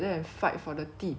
so you will find the hundred